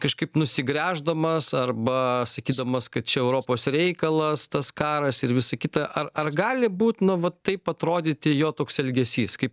kažkaip nusigręždamas arba sakydamas kad čia europos reikalas tas karas ir visa kita ar ar gali būt nu vat taip atrodyti jo toks elgesys kaip